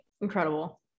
Incredible